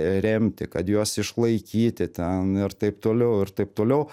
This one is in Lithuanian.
remti kad juos išlaikyti ten ir taip toliau ir taip toliau